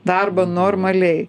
darbą normaliai